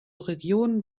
region